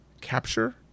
capture